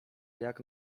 jak